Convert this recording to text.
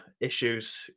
issues